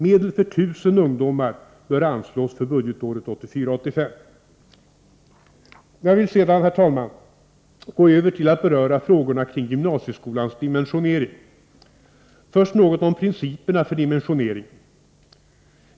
Medel för 1000 ungdomar bör anslås för budgetåret 1984/85. Jag vill sedan, herr talman, gå över till att beröra frågorna kring gymnasieskolans dimensionering. Först något om principerna för dimensioneringen.